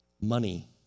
Money